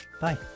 Bye